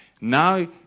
Now